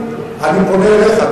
אני פונה אליך,